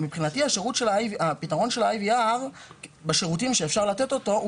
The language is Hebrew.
מבחינתי הפתרון של ה-IVR בשירותים שאפשר לתת אותו הוא